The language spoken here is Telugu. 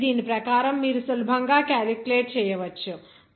కాబట్టి దీని ప్రకారం మీరు సులభంగా క్యాలిక్యులేట్ చేయవచ్చు